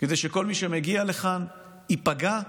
כדי שכל מי שמגיע לכאן ייפגע?